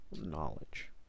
knowledge